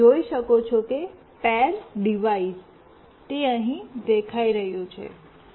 તમે જોઈ શકો છો કે પૈર ડિવાઇસ તે અહીં દેખાઈ રહ્યું છે